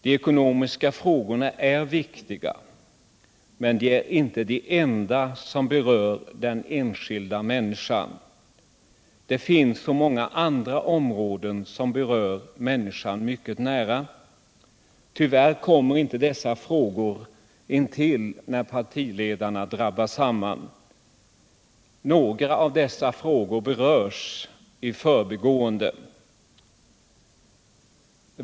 De ekonomiska frågorna är viktiga, men de är inte de enda som berör den enskilda människan. Det finns så många andra områden som berör människan mycket nära. Tyvärr kommer inte sådana frågor in i debatten när partiledarna drabbar samman. Några av dessa frågor berörs i förbigående.